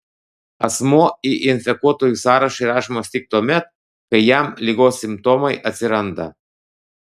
asmuo į infekuotųjų sąrašą įrašomas tik tuomet kai jam ligos simptomai atsiranda